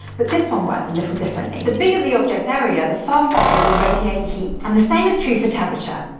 but this one works a little differently. the bigger the object's area, the faster it will radiate heat. and the same is true for temperature.